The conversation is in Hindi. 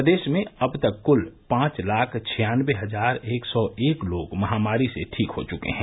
प्रदेश में अब तक क्ल पांच लाख छियान्नबे हजार एक सौ एक लोग महामारी से ठीक हो चुके हैं